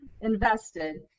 invested